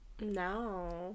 No